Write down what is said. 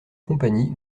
compagnie